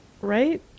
Right